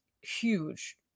huge